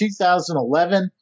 2011